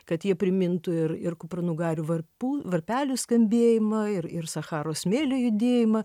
kad jie primintų ir ir kupranugarių varpų varpelių skambėjimą ir ir sacharos smėlio judėjimą